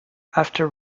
after